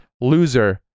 loser